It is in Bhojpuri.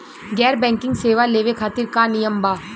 गैर बैंकिंग सेवा लेवे खातिर का नियम बा?